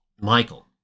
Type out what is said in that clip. Michael